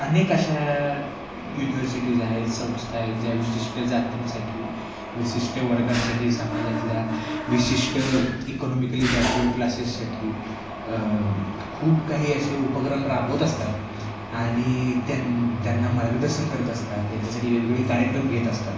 अनेक अशा युनिव्हर्सिटीज आहेत संस्था आहेत ज्या विशिष्ट जातींसाठी विशिष्ट वर्गांसाठी समाजातल्या विशिष्ट इकोनॉमिकली बॅकवर्ड क्लासेससाठी खूप काही असे उपक्रम राबवत असतात आणि त्यान् त्यांना मार्गदर्शन करत असतात त्यांच्यासाठी वेगवेगळे कार्यक्रम घेत असतात